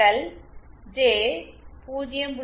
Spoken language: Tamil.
5 j0